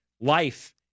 life